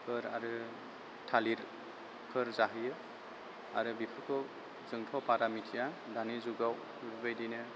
आरो थालिरफोर जाहोयो आरो बेफोरखौ जोंथ' बारा मिथिया दानि जुगाव बेफोरबायदिनो